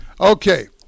Okay